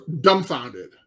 dumbfounded